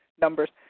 numbers